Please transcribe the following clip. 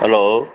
hello